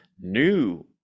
new